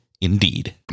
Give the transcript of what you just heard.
indeed